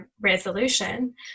resolution